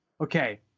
okay